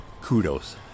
kudos